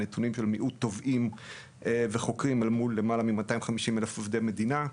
מיעוט של תובעים וחוקרים אל מול למעלה מ-250 אלף עובדי המדינה.